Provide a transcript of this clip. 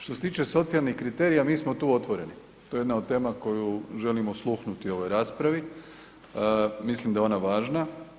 Što se tiče socijalnih kriterija, mi smo tu otvoreni, to je jedna od tema koju želimo osluhnuti u ovoj raspravi, mislim da je ona važna.